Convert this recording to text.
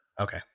Okay